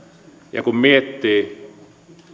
ja kun miettii